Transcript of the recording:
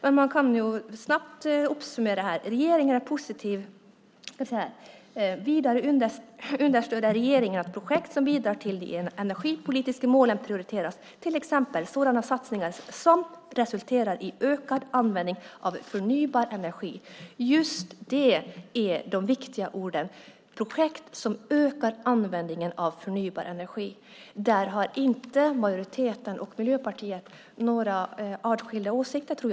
Jag kan göra en snabb uppsummering: Vidare understöder regeringen projekt som bidrar till att de energipolitiska målen prioriteras, till exempel sådana satsningar som resulterar i ökad användning av förnybar energi. Just dessa är de viktiga orden: projekt som ökar användningen av förnybar energi. Där tror jag inte att majoriteten och Miljöpartiet har några artskilda åsikter.